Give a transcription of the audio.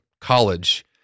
college